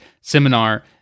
seminar